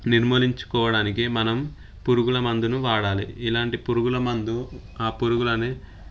నిర్మూలించుకోవడానికి మనం పురుగుల మందును వాడాలి ఇలాంటి పురుగుల మందు ఆ పురుగులను